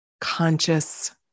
conscious